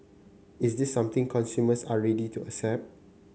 is this something consumers are ready to accept